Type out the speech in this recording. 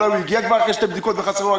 אולי הוא הגיע כבר אחרי שתי בדיקות וחסרה לו רק